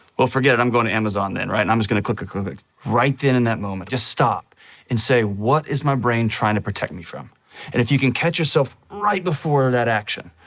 well, forget it. i'm going to amazon then, right? and i'm just gonna click click click click. right then, in that moment, just stop and say, what is my brain trying to protect me from? and if you can catch yourself right before that action,